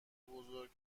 بزرگ